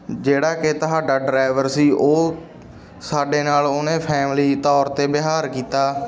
ਜਿਹੜਾ ਕਿ ਤੁਹਾਡਾ ਡਰਾਇਵਰ ਸੀ ਉਹ ਸਾਡੇ ਨਾਲ ਉਹਨੇ ਫੈਮਲੀ ਤੌਰ 'ਤੇ ਵਿਹਾਰ ਕੀਤਾ